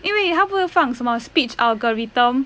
因为他不是放什么 speech algorithm